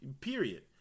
period